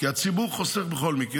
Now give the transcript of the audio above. כי הציבור חוסך בכל מקרה.